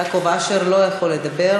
יעקב אשר לא יכול לדבר?